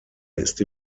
ist